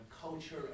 culture